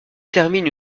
termine